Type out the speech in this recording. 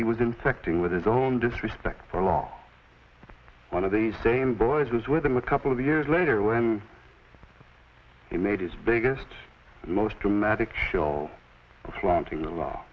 he was infecting with his own disrespect for long one of the same boys was with him a couple of years later when he made his biggest most dramatic show flaunting the law